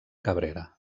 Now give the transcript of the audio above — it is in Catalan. cabrera